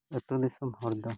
ᱟᱛᱳ ᱫᱤᱥᱚᱢ ᱦᱚᱲ ᱫᱚ